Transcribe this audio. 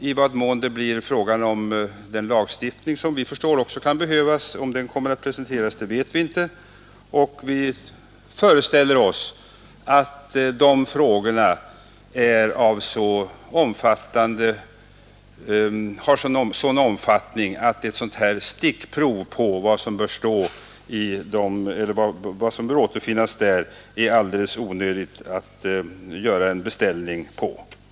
I vad mån det blir fråga om en lagstiftning, som vi också förstår kan behövas, vet vi inte. Vi föreställer oss att de frågorna har sådan omfattning att det är alldeles onödigt att göra en beställning på enstaka punkter.